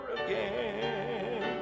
again